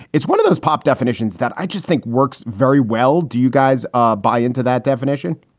it's one of those pop definitions that i just think works very well. do you guys ah buy into that definition?